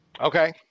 Okay